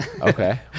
Okay